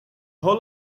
whole